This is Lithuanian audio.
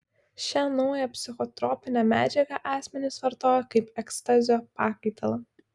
šią naują psichotropinę medžiagą asmenys vartoja kaip ekstazio pakaitalą